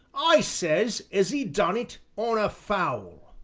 i says as e done it on a foul!